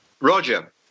Roger